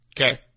Okay